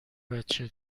بچه